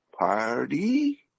Party